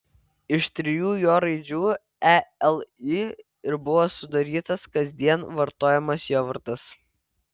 iš trijų jo raidžių e l i ir buvo sudarytas kasdien vartojamas jo vardas